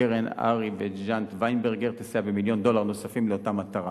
קרן הארי וג'נט ויינברג תסייע במיליון דולר נוספים לאותה מטרה.